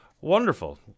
wonderful